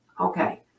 okay